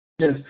Yes